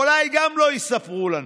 אולי גם לא יספרו לנו.